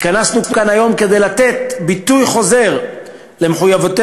התכנסנו כאן היום כדי לתת ביטוי חוזר למחויבותנו